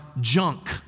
junk